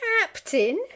Captain